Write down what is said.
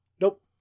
Nope